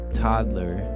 toddler